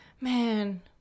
Man